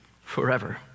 forever